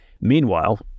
Meanwhile